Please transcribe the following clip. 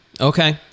Okay